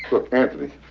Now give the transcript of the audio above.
look, anthony,